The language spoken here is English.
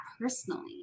personally